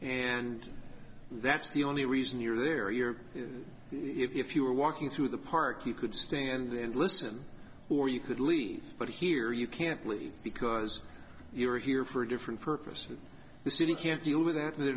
and that's the only reason you're there you're food if you're walking through the park you could stand there and listen or you could leave but here you can't leave because you are here for a different purpose of the city can't deal with that they're